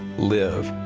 live.